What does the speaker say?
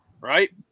right